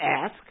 ask